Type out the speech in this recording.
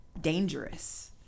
dangerous